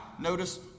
notice